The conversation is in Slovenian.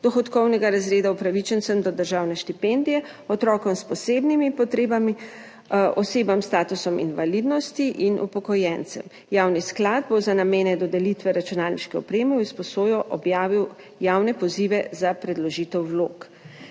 dohodkovnega razreda, upravičencem do državne štipendije, otrokom s posebnimi potrebami, osebam s statusom invalidnosti in upokojencem. Javni sklad bo za namene dodelitve računalniške opreme v izposojo objavil javne pozive za predložitev vlog.